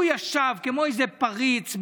הוא ישב כמו איזה פריץ,